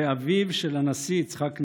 ואביו של הנשיא יצחק נבון.